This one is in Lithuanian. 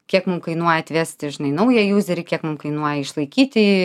kiek mum kainuoja atvesti žinai naują jūzerį kiek mum kainuoja išlaikyti jį